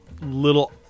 little